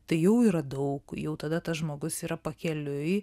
tai jau yra daug jau tada tas žmogus yra pakeliui